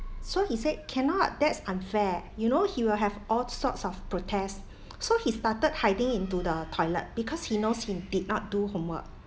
so he said cannot that's unfair you know he will have all sorts of protests so he started hiding into the toilet because he knows him did not do homework